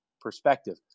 perspective